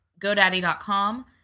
GoDaddy.com